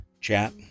chat